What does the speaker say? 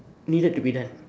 needed to be done